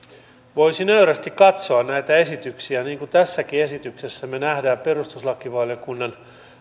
voisi nöyrästi katsoa näitä esityksiä niin kuin tässäkin esityksessä me näemme perustuslakivaliokunnan